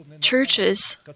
churches